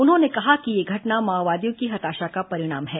उन्होंने कहा है कि यह घटना माओवादियों की हताशा का परिणाम है